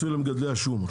הנושא פיצוי למגדלי השום.